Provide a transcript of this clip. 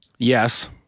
Yes